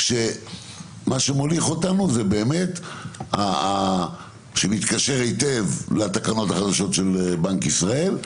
כשמה שמוליך אותנו זה שנתקשר היטב לתקנות החדשות של בנק ישראל,